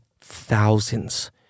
thousands